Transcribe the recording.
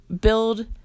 build